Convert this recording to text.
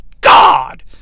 God